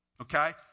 Okay